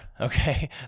Okay